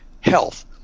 health